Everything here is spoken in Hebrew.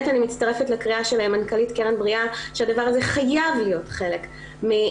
בכירורגיה כללית אנחנו עושים הרבה פחות פעולות